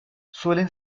suelen